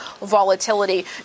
volatility